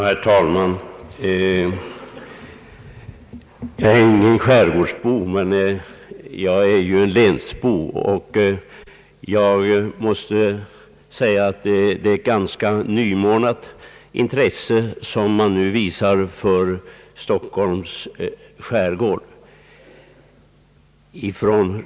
Herr talman! Jag är inte skärgårdsbo, men jag är länsbo och måste säga att det är ett ganska nymornat intresse som riksdagen nu visar för Stockholms skärgård.